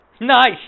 Nice